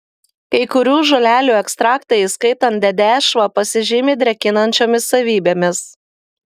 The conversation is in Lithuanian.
kai kurių žolelių ekstraktai įskaitant dedešvą pasižymi drėkinančiomis savybėmis